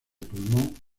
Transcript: pulmón